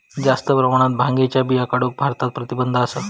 जास्त प्रमाणात भांगेच्या बिया काढूक भारतात प्रतिबंध असा